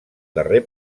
darrer